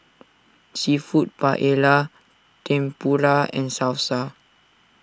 Seafood Paella Tempura and Salsa